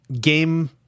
Game